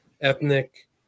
ethnic